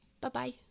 Bye-bye